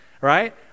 right